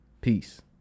Peace